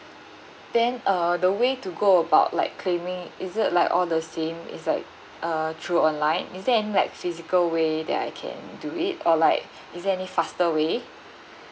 then uh the way to go about like claiming is it like all the same is like uh through online is there any like physical way that I can do it or like is there any faster way